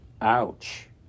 Ouch